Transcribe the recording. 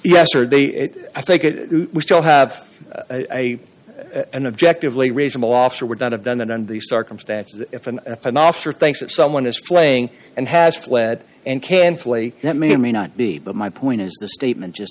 yesterday i think we still have a an objective lay reasonable officer would not have done that on the circumstances if an panache or thinks that someone is playing and has fled and can flee that may or may not be but my point is the statement just